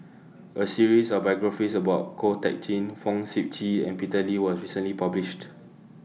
A series of biographies about Ko Teck Kin Fong Sip Chee and Peter Lee was recently published